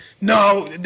no